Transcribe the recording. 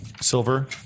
silver